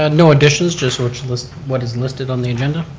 ah no additions just sort of just what is listed on the agenda.